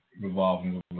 revolving